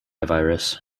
virus